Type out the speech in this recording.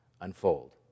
unfold